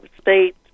state